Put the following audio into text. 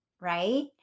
right